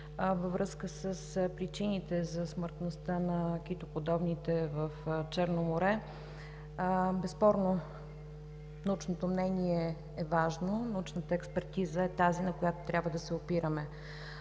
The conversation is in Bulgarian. във връзка с причините за смъртността на китоподобните в Черно море. Безспорно научното мнение е важно, научната експертиза е тази, на която трябва да се опираме.